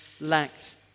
lacked